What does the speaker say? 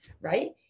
right